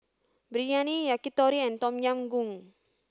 Biryani Yakitori and Tom Yam Goong